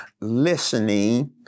listening